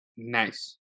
Nice